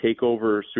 takeover